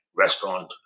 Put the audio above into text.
Restaurant